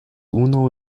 unu